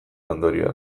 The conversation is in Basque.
ondorioa